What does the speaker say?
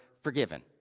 forgiven